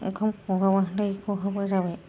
ओंखाम ख'हाबा दै ख'हाबा जाबाय